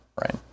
right